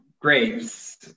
grapes